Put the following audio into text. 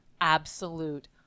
absolute